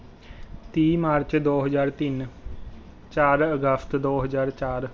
ਤੀਹ ਮਾਰਚ ਦੋ ਹਜ਼ਾਰ ਤਿੰਨ ਚਾਰ ਅਗਸਤ ਦੋ ਹਜ਼ਾਰ ਚਾਰ